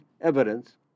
evidence